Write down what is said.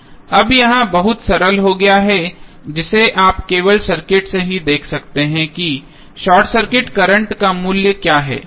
अब यह बहुत सरल हो गया है जिसे आप केवल सर्किट से ही देख सकते हैं कि शॉर्ट सर्किट करंट का मूल्य क्या होगा